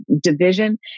division